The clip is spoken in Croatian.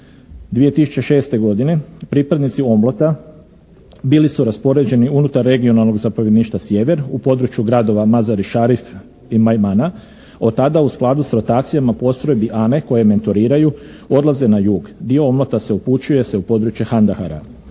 2006. godine pripadnici OMLOT-a bili su raspoređeni unutar regionalnog zapovjedništva sjever u području gradova Mazarišarif i Majmana. Od tada u skladu s rotacijama postrojbi ANE koje mentoriraju odlaze na jug i OMLOT-a se upućuje se u područje Handahara.